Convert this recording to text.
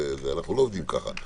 אנחנו לא עובדים ככה.